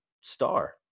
star